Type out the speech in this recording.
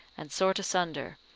and sort asunder,